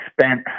spent